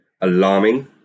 alarming